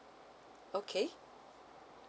okay